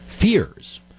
fears